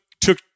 took